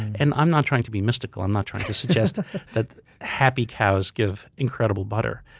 and i'm not trying to be mystical i'm not trying to suggest that happy cows give incredible butter.